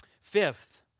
Fifth